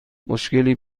مشکلی